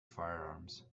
firearms